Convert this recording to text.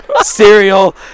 cereal